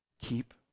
Keep